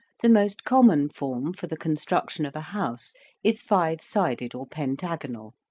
the most common form for the construction of a house is five-sided or pentagonal,